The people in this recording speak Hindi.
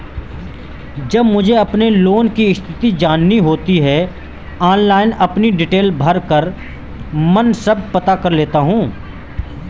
जब मुझे अपने लोन की स्थिति जाननी होती है ऑनलाइन अपनी डिटेल भरकर मन सब पता कर लेता हूँ